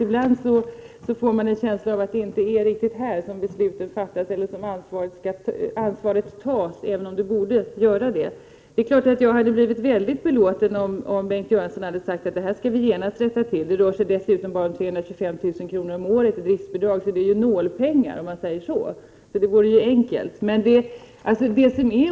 Ibland får man en känsla av att det inte är här i riksdagen som besluten fattas eller ansvaret tas, även om det borde vara så. Det är klart att jag hade blivit mycket belåten om Bengt Göransson hade sagt att vi genast skall rätta till det här. Det rör sig dessutom om bara 325 000 kr. om året i driftsbidrag, och det är ju nålpengar. Så det borde vara enkelt att göra.